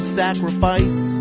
sacrifice